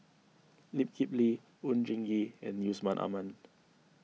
Lee Kip Lee Oon Jin Gee and Yusman Aman